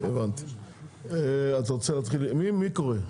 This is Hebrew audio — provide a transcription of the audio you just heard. הבנתי הבנתי, מי קורא?